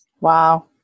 Wow